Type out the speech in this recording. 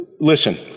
listen